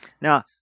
Now